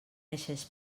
eixes